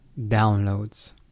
downloads